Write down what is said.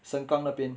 seng kang 那边